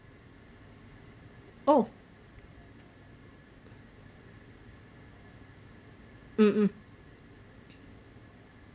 oh um mm